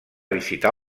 visitar